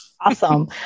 awesome